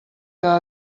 que